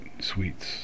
sweets